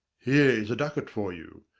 here is a ducat for you!